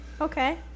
okay